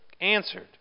answered